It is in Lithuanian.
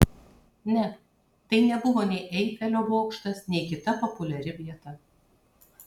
ne tai nebuvo nei eifelio bokštas nei kita populiari vieta